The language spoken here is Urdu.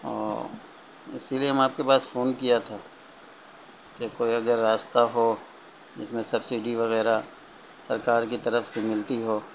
اور اسی لیے ہم آپ کے پاس فون کیا تھا کہ کوئی اگر راستہ ہو جس میں سبسڈی وغیرہ سرکار کی طرف سے ملتی ہو